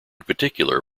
particular